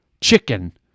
chicken